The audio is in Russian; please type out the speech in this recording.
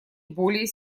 более